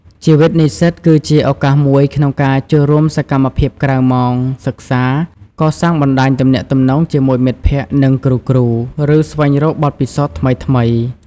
ជីវិតនិស្សិតគឺជាឱកាសមួយក្នុងការចូលរួមសកម្មភាពក្រៅម៉ោងសិក្សា កសាងបណ្តាញទំនាក់ទំនងជាមួយមិត្តភក្តិ និងគ្រូៗ ឬស្វែងរកបទពិសោធន៍ថ្មីៗ។